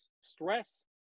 Stress